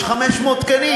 יש 500 תקנים.